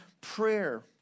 prayer